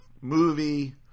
movie